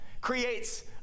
creates